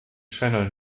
channel